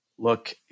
Look